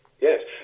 yes